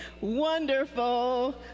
wonderful